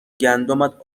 گندمت